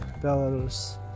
Belarus